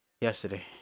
Yesterday